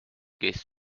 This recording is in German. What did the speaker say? gehst